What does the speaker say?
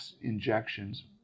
injections